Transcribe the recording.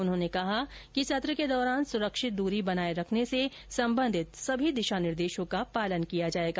उन्होंने कहा कि सत्र के दौरान सुरक्षित दूरी बनाए रखने से संबंधित सभी दिशा निर्देशों का पालन किया जाएगा